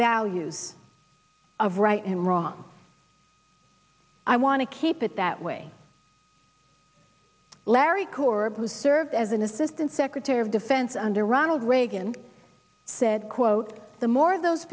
values of right and wrong i want to keep it that way larry korb who served as an assistant secretary of defense under ronald reagan said quote the more those